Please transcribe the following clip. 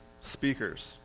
speakers